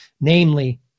namely